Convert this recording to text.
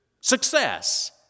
success